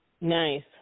Nice